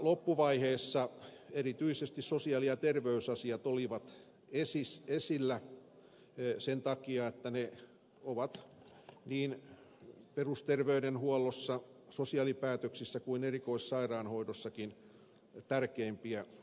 loppuvaiheessa erityisesti sosiaali ja terveysasiat olivat esillä sen takia että ne ovat niin perusterveydenhuollossa sosiaalipäätöksissä kuin erikoissairaanhoidossakin tärkeimpiä sektoreita